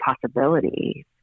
possibilities